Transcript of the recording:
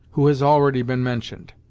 who has already been mentioned.